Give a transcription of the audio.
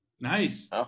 nice